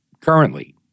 Currently